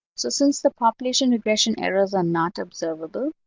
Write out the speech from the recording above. so since the population regression errors are not observable,